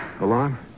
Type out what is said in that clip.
Alarm